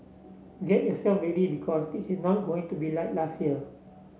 get yourself ready because this is not going to be like last year